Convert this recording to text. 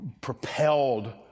propelled